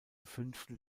fünftel